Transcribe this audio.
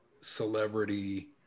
celebrity